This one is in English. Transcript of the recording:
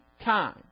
time